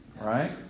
right